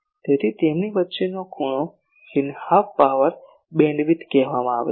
તેથી તેમની વચ્ચેનો આ ખૂણો જેને હાફ પાવર બીમવિડ્થ કહેવામાં આવે છે